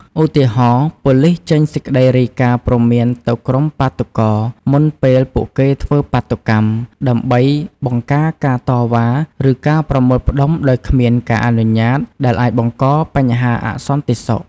ឧទាហរណ៍ ប៉ូលីសចេញសេចក្តីរាយការណ៍ព្រមានទៅក្រុមបាតុករ មុនពេលពួកគេធ្វើបាតុកម្ម ដើម្បីបង្ការការតវ៉ា ឬការប្រមូលផ្តុំដោយគ្មានការអនុញ្ញាត ដែលអាចបង្ករបញ្ហាអសន្តិសុខ។